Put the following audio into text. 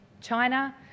China